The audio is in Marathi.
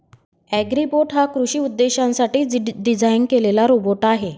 अॅग्रीबोट हा कृषी उद्देशांसाठी डिझाइन केलेला रोबोट आहे